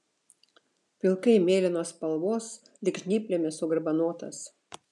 pilkai mėlynos spalvos lyg žnyplėmis sugarbanotas